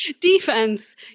Defense